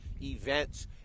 events